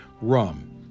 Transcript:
rum